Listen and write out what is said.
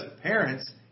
parents